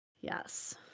Yes